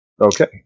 Okay